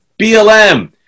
blm